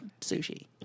sushi